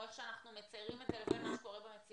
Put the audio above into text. איך שאנחנו מציירים את זה לבין מה שקורה במציאות.